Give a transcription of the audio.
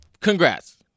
congrats